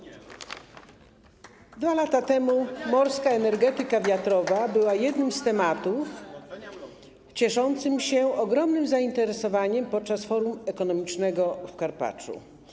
2 lata temu morska energetyka wiatrowa była jednym z tematów cieszących się ogromnym zainteresowaniem podczas Forum Ekonomicznego w Karpaczu.